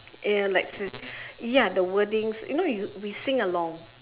ya let's say ya the wordings you know you we sing along